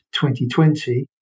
2020